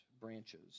branches